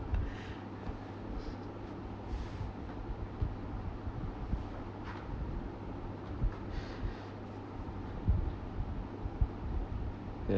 ya